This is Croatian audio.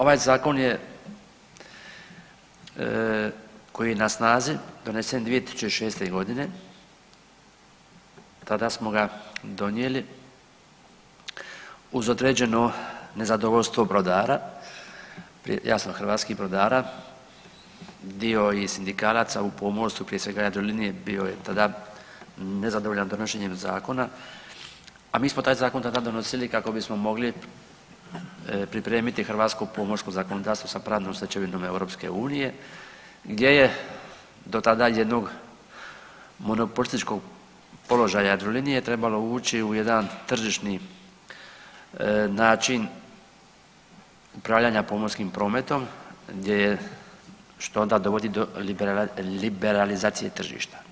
Ovaj zakon je, koji je na snazi donesen 2006.g., tada smo ga donijeli uz određeno nezadovoljstvo brodara, jasno hrvatskih brodara, dio i sindikalaca u pomorstvu prije svega Jadrolinije bio je tada nezadovoljan donošenjem zakona, a mi smo taj zakon tada donosili kako bismo mogli pripremiti hrvatsko pomorsko zakonodavstvo sa pravnom stečevinom EU gdje je do tada jednog monopolističkog položaja Jadrolinije trebalo uvući u jedan tržišni način upravljanja pomorskim prometom gdje je, što onda dovodi do liberalizacije tržišta.